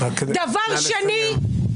דבר שני,